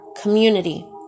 community